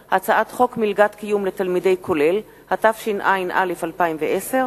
ביטחון), התשע"א 2010,